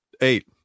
Eight